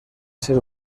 ser